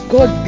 God